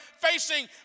facing